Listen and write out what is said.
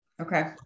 Okay